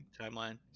timeline